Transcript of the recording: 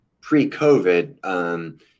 pre-COVID